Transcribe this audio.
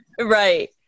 right